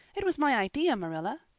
it was my idea, marilla.